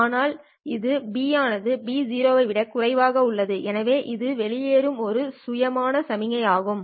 ஆனால் இந்த B ஆனது B0 ஐ விட குறைவாக உள்ளது எனவே இது வெளியேறும் இது சுயமான சமிக்ஞை ஆகும்